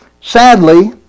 Sadly